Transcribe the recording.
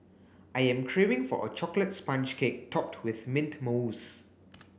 I am craving for a chocolate sponge cake topped with mint mousse